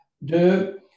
de